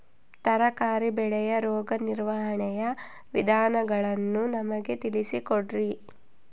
ತರಕಾರಿ ಬೆಳೆಯ ರೋಗ ನಿರ್ವಹಣೆಯ ವಿಧಾನಗಳನ್ನು ನಮಗೆ ತಿಳಿಸಿ ಕೊಡ್ರಿ?